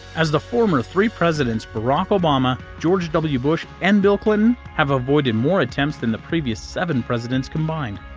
as the former three presidents barack obama, george w bush, and bill clinton, have avoided more attempts than the previous seven presidents combined!